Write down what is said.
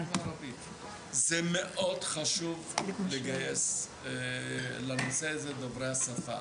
זה חשוב מאוד לגייס לנושא הזה את דוברי השפה.